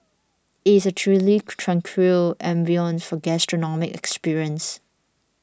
it is a truly tranquil ambience for gastronomic experience